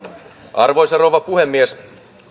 arvoisa rouva puhemies